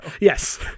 Yes